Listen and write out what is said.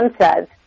says